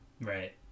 right